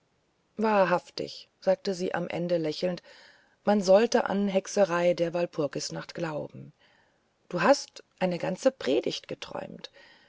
wahrhaftig sagte sie am ende lächelnd man sollte an hexerei der walpurgisnacht glauben du hast eine ganze predigt geträumt